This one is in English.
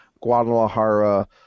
Guadalajara